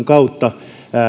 kautta